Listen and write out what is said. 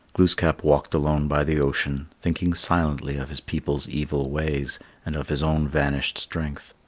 glooskap walked alone by the ocean, thinking silently of his people's evil ways and of his own vanished strength.